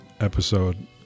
episode